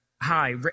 Hi